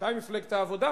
ודאי מפלגת העבודה,